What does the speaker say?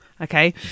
Okay